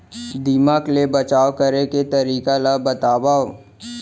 दीमक ले बचाव करे के तरीका ला बतावव?